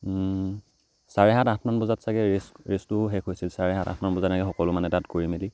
চাৰে সাত আঠমান বজাত ছাগৈ ৰেচ ৰেচটোও শেষ হৈছিল চাৰে সাত আঠমান বজাত এনেকৈ সকলো মানে তাত কৰি মেলি